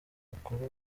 makuru